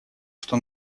что